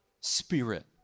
spirit